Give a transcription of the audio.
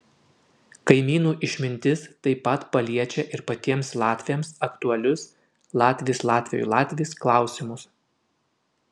kaimynų išmintis taip pat paliečia ir patiems latviams aktualius latvis latviui latvis klausimus